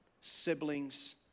siblings